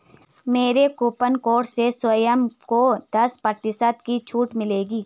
मेरे coupon code से सौम्य को दस प्रतिशत की छूट मिलेगी